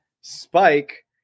spike